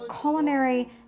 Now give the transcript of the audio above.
culinary